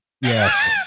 Yes